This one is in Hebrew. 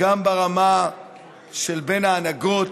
גם ברמה של בין ההנהגות,